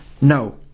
No